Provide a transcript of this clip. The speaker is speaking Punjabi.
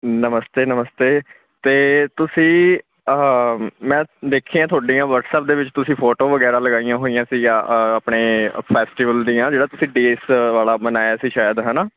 ਨਮਸਤੇ ਨਮਸਤੇ ਅਤੇ ਤੁਸੀਂ ਮੈਂ ਦੇਖੀਆਂ ਆ ਤੁਹਾਡੀਆਂ ਵਟਸਅੱਪ ਦੇ ਵਿੱਚ ਤੁਸੀਂ ਫੋਟੋ ਵਗੈਰਾ ਲਗਾਈਆਂ ਹੋਈਆਂ ਸੀ ਆ ਆਪਣੇ ਫੈਸਟੀਵਲ ਦੀਆਂ ਜਿਹੜਾ ਤੁਸੀਂ ਡੇਸ ਵਾਲਾ ਮਨਾਇਆ ਸੀ ਸ਼ਾਇਦ ਹਨਾ